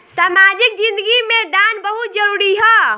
सामाजिक जिंदगी में दान बहुत जरूरी ह